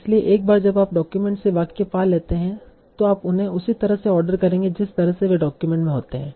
इसलिए एक बार जब आप डॉक्यूमेंट से वाक्य पा लेते हैं तो आप उन्हें उसी तरह से ऑर्डर करेंगे जिस तरह से वे डॉक्यूमेंट में होते हैं